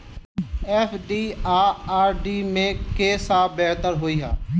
FD आ RD मे केँ सा बेहतर होइ है?